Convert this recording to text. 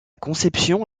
conception